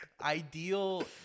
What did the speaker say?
ideal